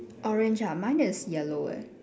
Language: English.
orange ah mine is yellow eh